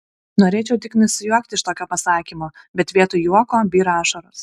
norėčiau tik nusijuokti iš tokio pasakymo bet vietoj juoko byra ašaros